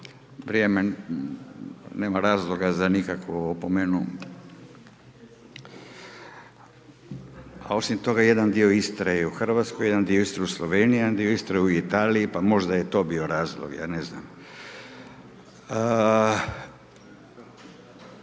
Vrijeme. Nema razloga za nikakvu opomenu a osim toga jedan dio Istre je u Hrvatskoj, jedan dio Istre u Sloveniji a jedan dio Istre u Italiji pa možda je to bio razlog, ja ne znam.